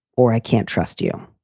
or i can't trust you.